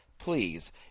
Please